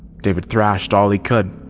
david thrashed all he could,